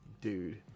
dude